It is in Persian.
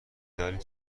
دارید